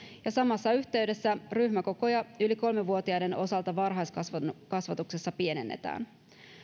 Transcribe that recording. ja samassa yhteydessä ryhmäkokoja yli kolme vuotiaiden osalta varhaiskasvatuksessa pienennetään